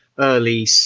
early